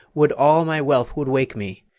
would all my wealth would wake me!